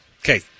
Okay